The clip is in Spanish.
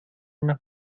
una